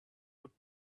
would